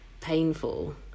painful